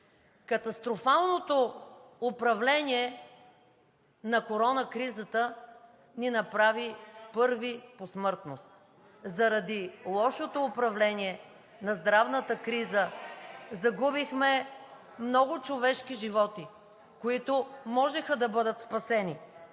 Катастрофалното управление на корона кризата ни направи първи по смъртност. Заради лошото управление на здравната криза загубихме много човешки животи, които можеха да бъдат спасени.